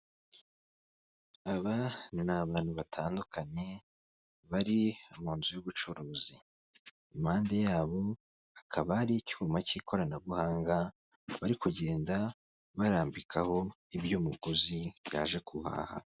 Aba ni abantu batandukanye bari mu nzu y'ubucuruzi impande yabo hakaba hari icyuma cy'ikoranabuhanga bari kugenda barambikaho iby'umuguzi byaje guhaha.